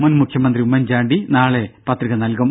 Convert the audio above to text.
മുൻ മുഖ്യമന്ത്രി ഉമ്മൻചാണ്ടി നാളെ പത്രിക നൽകും